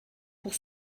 pour